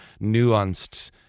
nuanced